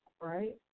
Right